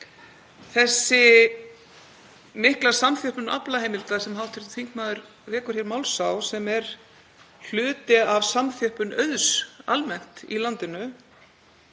Þessi mikla samþjöppun aflaheimilda sem hv. þingmaður vekur hér máls á, sem er hluti af samþjöppun auðs almennt í landinu,